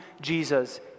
Jesus